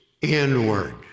inward